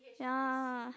ya